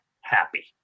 happy